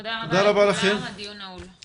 תודה רבה, הישיבה נעולה.